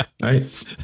Nice